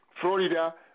Florida